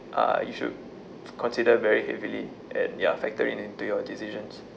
uh you should consider very heavily and ya factor it into your decisions